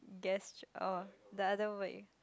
gest~ oh the other way